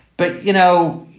but, you know,